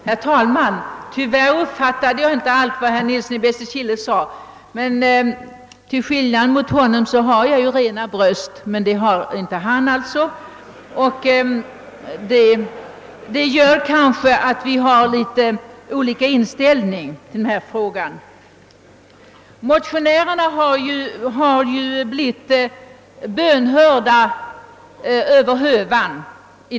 Herr talman! Tyvärr uppfattade jag inte allt vad herr Nilsson i Bästekille sade, men till skillnad från honom har jag ett rent bröst, och därför är våra inställningar i den här frågan något olika. Motionärerna har ju blivit bönhörda över hövan.